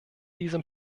diesem